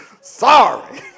Sorry